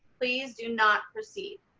please do not proceed.